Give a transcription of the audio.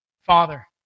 Father